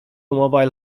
mobile